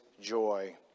joy